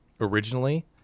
originally